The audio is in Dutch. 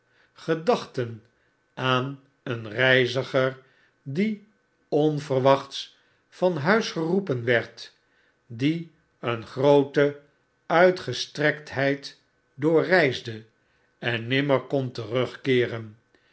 gedachten aan een reiziger die onverwachts van huis geroepen werd die een groote uitfestrektheid doorreisde en nimmer